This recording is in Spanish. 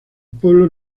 pueblo